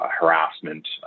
harassment